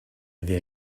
the